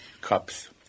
cups